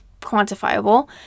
quantifiable